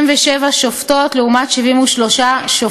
77 שופטות לעומת 73 שופטים.